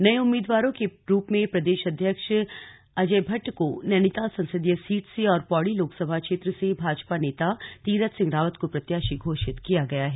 नये उम्मीदवारों के रूप में प्रदेश अध्यक्ष अजय भट्ट को नैनीताल संसदीय सीट से और पौड़ी लोकसभा क्षेत्र से भाजपा नेता तीरथ सिंह रावत को प्रत्याशी घोषित किया गया है